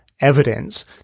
evidence